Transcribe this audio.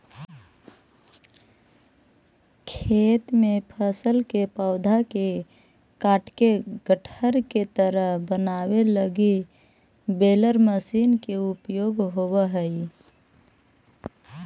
खेत में फसल के पौधा के काटके गट्ठर के तरह बनावे लगी बेलर मशीन के उपयोग होवऽ हई